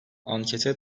ankete